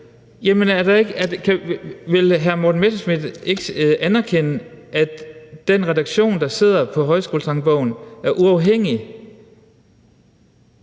Vil hr. Morten Messerschmidt ikke anerkende, at den redaktion, der sidder, bag Højskolesangbogen er uafhængig?